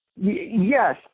yes